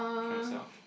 Carousell